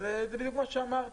אז זה בדיוק מה שאמרת.